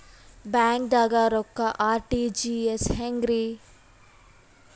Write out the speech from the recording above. ಬ್ಯಾಂಕ್ದಾಗ ರೊಕ್ಕ ಆರ್.ಟಿ.ಜಿ.ಎಸ್ ಹೆಂಗ್ರಿ?